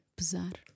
Pesar